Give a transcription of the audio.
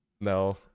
No